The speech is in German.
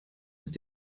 ist